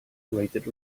rated